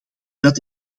dat